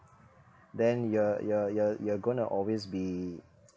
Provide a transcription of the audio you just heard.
then you're you're you're you're gonna always be